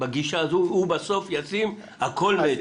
בגישה הזו הוא בסוף ישים הכול מאצלו.